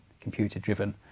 computer-driven